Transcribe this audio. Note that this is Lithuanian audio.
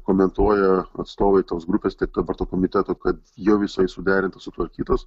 komentuoja atstovai tos grupės tiek dabar to komiteto kad jau jisai suderintas sutvarkytas